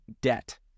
debt